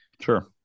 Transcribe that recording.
Sure